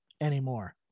anymore